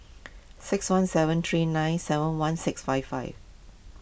six one seven three nine seven one six five five